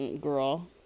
Girl